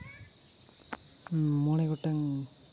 ᱢᱚᱬᱮ ᱜᱚᱴᱟᱝ